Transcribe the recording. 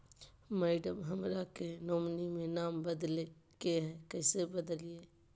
madam, हमरा के nominee में नाम बदले के हैं, कैसे बदलिए